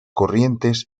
corrientes